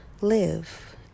live